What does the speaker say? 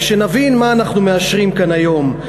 רק שנבין מה אנחנו מאשרים כאן היום: